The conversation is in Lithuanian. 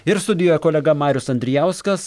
ir studijoje kolega marius andrijauskas